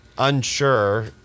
Unsure